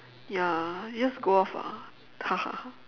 ya it'll just go off ah